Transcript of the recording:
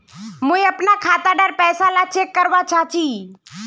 मुई अपना खाता डार पैसा ला चेक करवा चाहची?